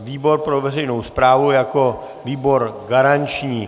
Výbor pro veřejnou správu jako výbor garanční.